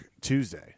Tuesday